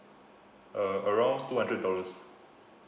uh around two hundred dollars